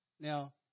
Now